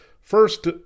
first